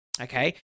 Okay